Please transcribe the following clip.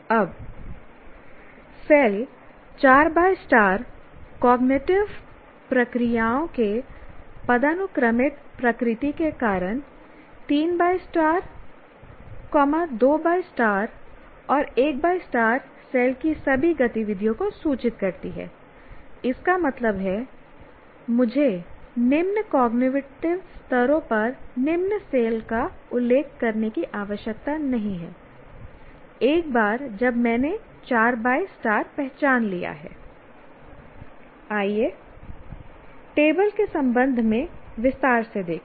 अब cell 4 cognitive प्रक्रियाओं के पदानुक्रमित प्रकृति के कारण 3 2 और 1 सेल की सभी गतिविधियों को सूचित करती है इसका मतलब है मुझे निम्न कॉग्निटिव स्तरों पर निम्न सेल का उल्लेख करने की आवश्यकता नहीं है एक बार जब मैंने 4 पहचान लिया हैI आइए टेबल के संबंध में विस्तार से देखें